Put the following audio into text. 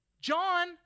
John